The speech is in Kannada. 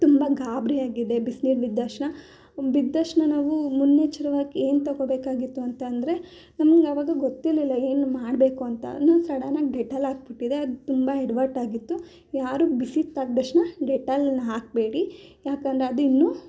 ತುಂಬ ಗಾಬರಿ ಆಗಿದೆ ಬಿಸ್ನೀರು ಬಿದ್ದಷ್ಣ ಬಿದ್ದಷ್ಣ ನಾವೂ ಮುನ್ನೆಚ್ಚರವಾಗಿ ಏನು ತಗೊಳ್ಬೇಕಾಗಿತ್ತು ಅಂತ ಅಂದ್ರೆ ನಮ್ಗೆ ಅವಾಗ ಗೊತ್ತಿರಲಿಲ್ಲ ಏನು ಮಾಡಬೇಕು ಅಂತ ನಾನು ಸಡನಾಗಿ ಡೆಟಲ್ ಹಾಕಿಬಿಟ್ಟಿದೆ ಅದು ತುಂಬ ಎಡವಟ್ಟಾಗಿತ್ತು ಯಾರೂ ಬಿಸಿ ತಾಗ್ದ ತಕ್ಷ್ಣ ಡೆಟಲ್ನ ಹಾಕಬೇಡಿ ಯಾಕಂದ್ರೆ ಅದು ಇನ್ನೂ